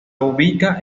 ubica